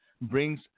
brings